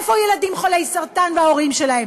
איפה ילדים חולי סרטן וההורים שלהם?